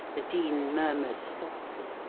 the dean murmured softly.